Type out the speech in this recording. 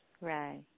Right